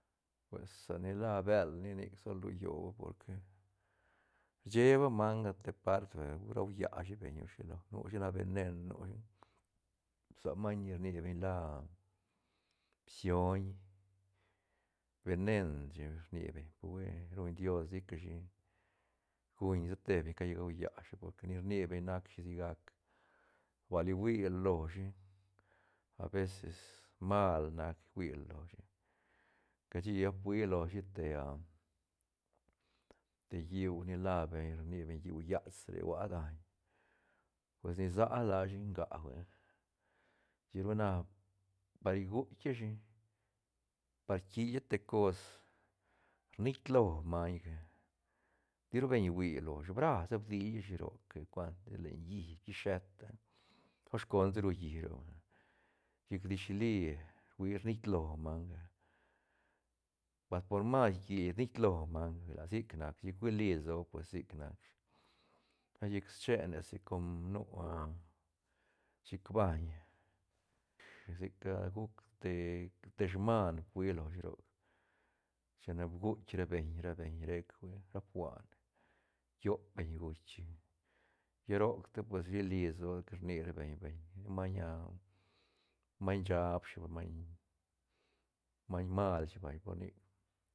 Pues sa ni la bël ni nic sol rulloba porque cheeba manga te par vay hui rau llashi beñ o shi lo nushi nac venen nushi sa maiñ ni rni beñ la bsion venen shi rni beñ pe hui ruñ dios di cashi guñ ni sa te beñ cai gau llashi por que ni rni beñ nac shi sigac bal hui la loshi aveces mal nac hui la loshi cashi ba fuia loshi te ah te lliú ni la beñ rni beñ lliú yats re hua daiñ pues ni sa a lashi nga hui chic ru na par guitkia shi par kila te cos rnik lo maiñga te ru beñ rui loshi bra bdilia shi roc que cuantis len llish quisheta os condaru llish roc huila chic disli hui rnik lo manga mas por mas quila rnik lo manga huila sic nac shi chic huili lsoa pues sic nac shi lla chic schenesi com nu ah chic bain sic guc te- te sman fuia lo shi roc china bguit ra beñ ra beñ rec hui ra fuan tiop beñ guitk chic lla roc ti pues rili lsoa que rni ra beñ-beñ maiñ ah maiñ shaab shi maiñ-maiñ mal shi vay por nic